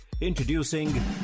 Introducing